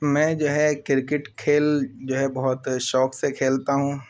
میں جو ہے کرکٹ کھیل جو ہے بہت شوق سے کھیلتا ہوں